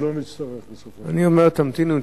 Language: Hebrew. שלא נצטרך אני אומר, תמתינו.